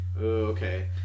Okay